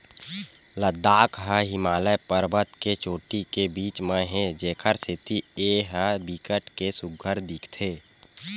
लद्दाख ह हिमालय परबत के चोटी के बीच म हे जेखर सेती ए ह बिकट के सुग्घर दिखथे